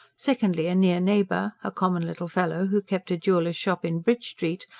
secondly, a near neighbour, a common little fellow who kept a jeweller's shop in bridge street,